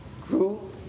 grew